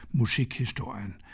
musikhistorien